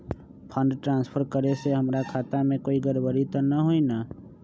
Fund transfer करे से हमर खाता में कोई गड़बड़ी त न होई न?